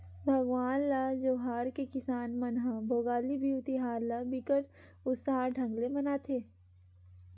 भगवान ल जोहार के किसान मन ह भोगाली बिहू तिहार ल बिकट उत्साह ढंग ले मनाथे